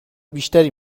بیشتری